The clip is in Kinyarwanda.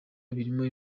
birimo